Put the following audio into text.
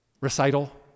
recital